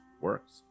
works